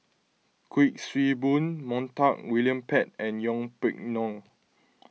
Kuik Swee Boon Montague William Pett and Yeng Pway Ngon